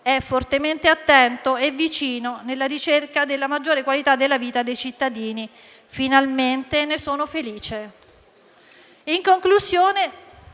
è fortemente attento e vicino nella ricerca della maggiore qualità della vita dei cittadini (finalmente, ne sono felice).